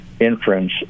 inference